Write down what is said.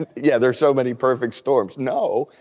yeah, there's so many perfect storms. no,